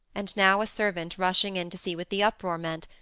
and now a servant, rushing in to see what the uproar meant,